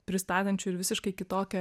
pristatančių ir visiškai kitokią